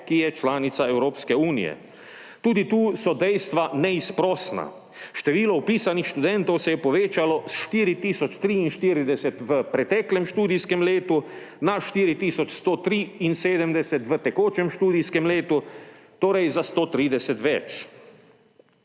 ki je članica Evropske unije. Tudi tu so dejstva neizprosna. Število vpisanih študentov se je povečalo s 4 tisoč 43 v preteklem študijskem letu na 4 tisoč 173 v tekočem študijskem letu, torej za 130 več.